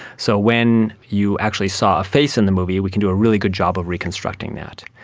so when you actually saw a face in the movie, we can do a really good job of reconstructing that.